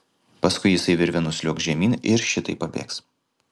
paskui jisai virve nusliuogs žemyn ir šitaip pabėgs